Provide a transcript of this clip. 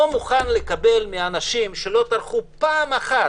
איני מוכן לקבל ביקורת מאנשים שלא טרחו פעם אחת